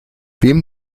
wem